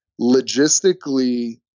logistically